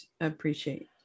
appreciate